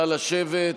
נא לשבת.